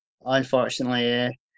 unfortunately